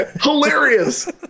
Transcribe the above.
Hilarious